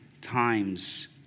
times